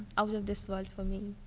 out of this world for me.